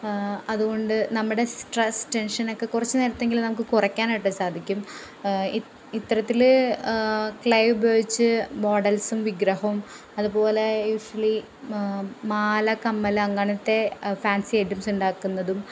അതുകൊണ്ട് നമ്മുടെ സ്ട്രെസ് ടെൻഷനൊക്കെ കുറച്ച് നേരത്തെങ്കിലും നമുക്ക് കുറക്കാനായിട്ട് സാധിക്കും ഇത്തരത്തിൽ ക്ലേ ഉപയോഗിച്ച് മോഡൽസും വിഗ്രഹവും അതുപോലെ യൂഷ്വലി മാല കമ്മൽ അങ്ങനത്തെ ഫാൻസി ഐറ്റംസുണ്ടാക്കുന്നതും